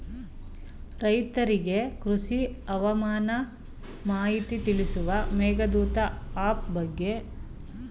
ರೈತರಿಗೆ ಕೃಷಿ ಹವಾಮಾನ ಮಾಹಿತಿ ತಿಳಿಸುವ ಮೇಘದೂತ ಆಪ್ ಬಗ್ಗೆ ತಮಗೆ ಮಾಹಿತಿ ಗೊತ್ತೇ?